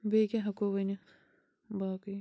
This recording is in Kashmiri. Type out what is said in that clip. بیٚیہِ کیٛاہ ہیٚکو ؤنِتھ باقٕے